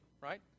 right